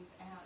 out